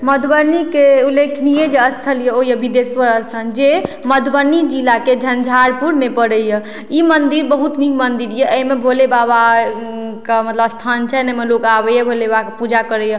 मधुबनीके उल्लेखनीय जे स्थल यऽ ओ यऽ बिदेश्वर स्थान जे मधुबनी जिलाके झंझारपुरमे पड़ैए ई मन्दिर बहुत नीक मन्दिर यऽ अइमे भोलेबाबा के मतलब अस्थान छैन्ह अइमे लोक आबैए भोलेबाबाके पूजा करैए